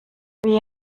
wie